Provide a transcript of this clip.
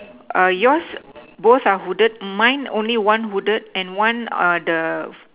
yours both are hooded mine only one hooded and one the